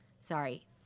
Sorry